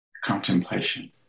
contemplation